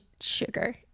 sugar